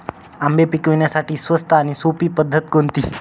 आंबे पिकवण्यासाठी स्वस्त आणि सोपी पद्धत कोणती?